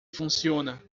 funciona